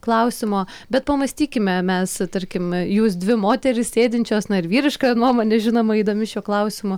klausimo bet pamąstykime mes tarkim jūs dvi moterys sėdinčios na ir vyriška nuomonė žinoma įdomi šiuo klausimu